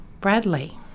Bradley